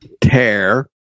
Tear